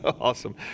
Awesome